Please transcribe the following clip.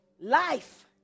life